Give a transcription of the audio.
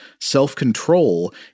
self-control